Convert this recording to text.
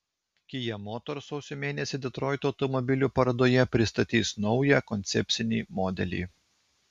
kia motors sausio mėnesį detroito automobilių parodoje pristatys naują koncepcinį modelį